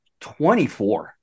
24